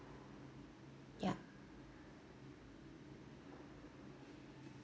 yup